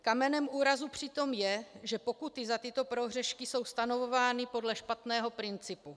Kamenem úrazu přitom je, že pokuty za tyto prohřešky jsou stanovovány podle špatného principu.